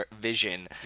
vision